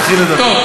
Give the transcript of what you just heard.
אז תתחיל לדבר.